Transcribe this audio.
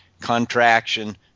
contraction